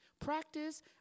Practice